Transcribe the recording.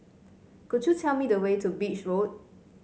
could you tell me the way to Beach Road